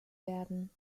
werden